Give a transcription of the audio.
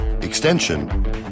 Extension